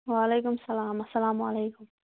وعلیکُم سَلام اَسَلام علیکُم